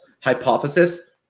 hypothesis